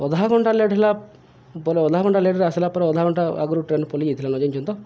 ଅଧା ଘଣ୍ଟା ଲେଟ୍ ହେଲା ବଲେ ଅଧା ଘଣ୍ଟା ଲେଟ୍ରେ ଆସିଲା ପରେ ଅଧା ଘଣ୍ଟା ଆଗରୁ ଟ୍ରେନ ପଲିଯାଇଥିଲା ଜନିଛନ୍ତି ତ